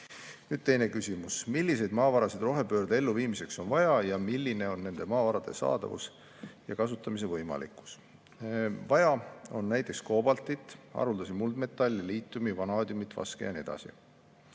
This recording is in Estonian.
Teine küsimus: "Milliseid maavarasid rohepöörde elluviimiseks on vaja, milline on nende maavarade saadavus ja kasutamise võimalikkus?" Vaja on näiteks koobaltit, haruldasi muldmetalle, liitiumi, vanaadiumi, vaske ja nii edasi.